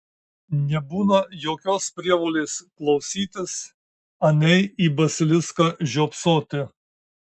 nebūna jokios prievolės klausytis anei į basiliską žiopsoti